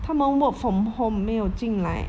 他们 work from home 没有进来